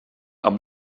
amb